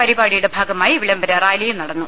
പരിപാടിയുടെ ഭാഗമായി വിളംബര റാലിയും നടന്നു